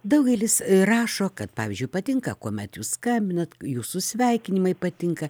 daugelis rašo kad pavyzdžiui patinka kuomet jūs skambinat jūsų sveikinimai patinka